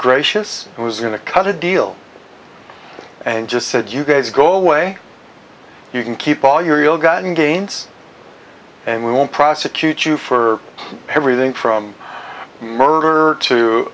gracious and was going to cut a deal and just said you guys go away you can keep all your ill gotten gains and we won't prosecute you for everything from murder to